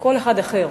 כל אחד אחר,